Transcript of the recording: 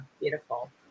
beautiful